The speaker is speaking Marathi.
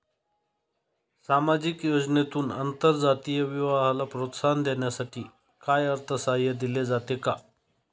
सामाजिक योजनेतून आंतरजातीय विवाहाला प्रोत्साहन देण्यासाठी काही अर्थसहाय्य दिले जाते का?